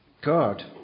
God